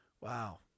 Wow